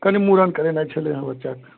कनि मूड़न करेनाइ छलै हँ बच्चाके